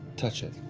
touch it,